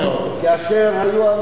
כאשר היו אנשים,